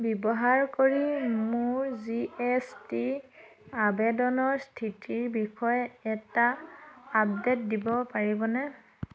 ব্যৱহাৰ কৰি মোৰ জি এছ টি আবেদনৰ স্থিতিৰ বিষয়ে এটা আপডে'ট দিব পাৰিবনে